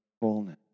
fullness